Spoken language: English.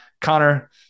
Connor